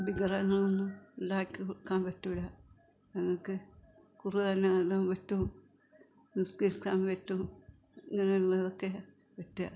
വിഗ്രഹങ്ങളൊന്നും ഉണ്ടാക്കി വിൽക്കാൻ പറ്റില്ല ഞങ്ങൾക്ക് ഖുറാൻ ഓതാൻ പറ്റും നിസ്ക്കരിക്കാൻ പറ്റും ഇങ്ങനെയുള്ളതൊക്കെ പറ്റുക